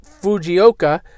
Fujioka